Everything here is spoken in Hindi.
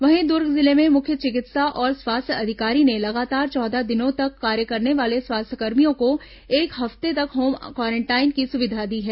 वहीं दुर्ग जिले में मुख्य चिकित्सा और स्वास्थ्य अधिकारी ने लगातार चौदह दिनों तक कार्य करने वाले स्वास्थ्यकर्मियों को एक हफ्ते तक होम क्वारेटाइन की सुविधा दी है